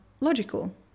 logical